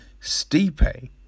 Stipe